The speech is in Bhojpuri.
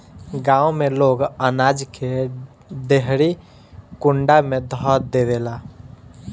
गांव में लोग अनाज के देहरी कुंडा में ध देवेला